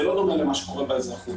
זה לא דומה למה שקורה באזרחות.